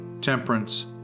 temperance